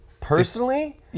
Personally